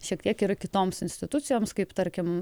šiek tiek ir kitoms institucijoms kaip tarkim